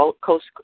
Coast